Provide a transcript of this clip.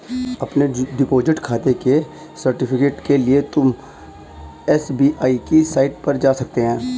अपने डिपॉजिट खाते के सर्टिफिकेट के लिए तुम एस.बी.आई की साईट पर जा सकते हो